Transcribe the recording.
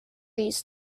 used